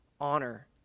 Honor